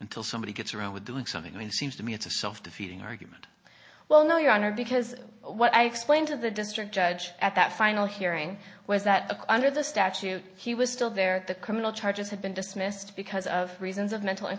until somebody gets around with doing something seems to me it's a self defeating argument well no your honor because what i explained to the district judge at that final hearing was that under the statute he was still there the criminal charges have been dismissed because of reasons of mental